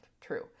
True